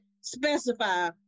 specify